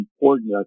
important